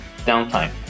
downtime